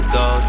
go